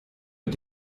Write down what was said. mit